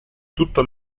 tutto